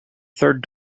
third